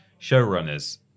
showrunners